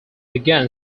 began